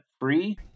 free